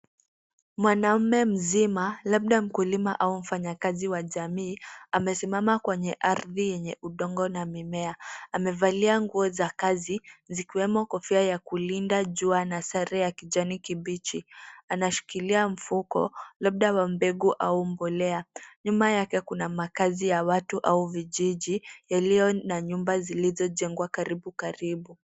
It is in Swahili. Mwanaume mzima, labda mkulima au mfanyakazi wa jamii amesimama kwenye ardhi yenye udongo na mimea. Amevalia nguo za kazi zikiwemo kofia ya kulinda jua na sare ya kijani kibichi. Anashikilia mfuko, labda wa mbegu au mbolea. Nyuma yake kuna makazi ya watu au vijiji yaliyo na nyumba zilizojengwa karibu karibu.